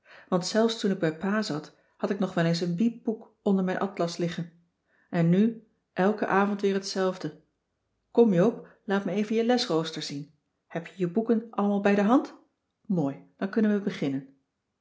want zelfs toen ik bij pa zat had ik nog wel eens een bieb boek onder mijn atlas liggen en nu elken cissy van marxveldt de h b s tijd van joop ter heul avond weer hetzelfde kom joop laat me even je lesrooster zien heb je je boeken allemaal bij de hand mooi dan kunnen we beginnen